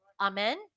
Amen